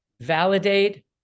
validate